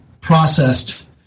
processed